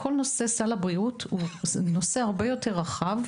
כך שכל הנושא של סל הבריאות הוא נושא הרבה יותר רחב,